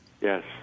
Yes